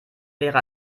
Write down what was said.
wäre